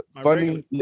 funny